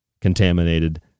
contaminated